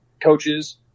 coaches